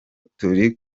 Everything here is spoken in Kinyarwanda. turi